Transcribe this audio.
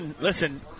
listen